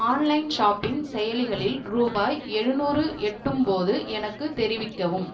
online shopping செயலிகளில் ரூபாய் எழுநூறு எட்டும்போது எனக்குத் தெரிவிக்கவும்